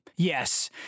Yes